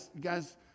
Guys